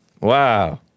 Wow